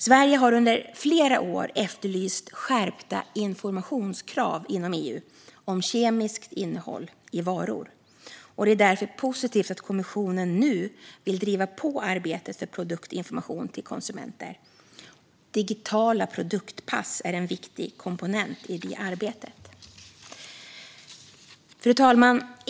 Sverige har under flera år efterlyst skärpta informationskrav inom EU när det gäller kemiskt innehåll i varor. Det är därför positivt att kommissionen nu vill driva på arbetet för produktinformation till konsumenter. Digitala produktpass är en viktig komponent i det arbetet. Fru talman!